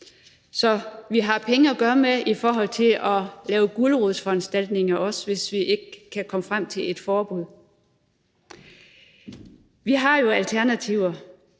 Så vi har at gøre med penge i forhold til også at lave gulerodsforanstaltninger, hvis vi ikke kan komme frem til et forbud. Vi har jo alternativer.